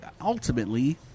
ultimately